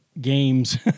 games